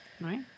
right